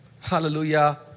Hallelujah